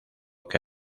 que